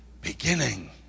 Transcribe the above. beginning